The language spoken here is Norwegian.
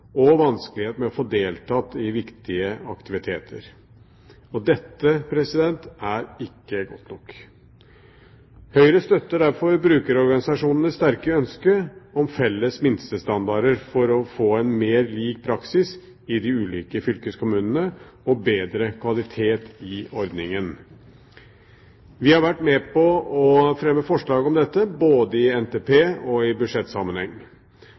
og vanskelighet med å få deltatt i viktige aktiviteter. Dette er ikke godt nok. Høyre støtter derfor brukerorganisasjonenes sterke ønske om felles minstestandarder for å få en mer lik praksis i de ulike fylkeskommunene og bedre kvalitet på ordningen. Vi har vært med på å fremme forslag om dette både i Nasjonal transportplan og i budsjettsammenheng.